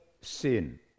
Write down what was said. sin